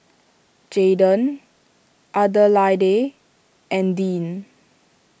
Jaden Adelaide and Deane